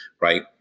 right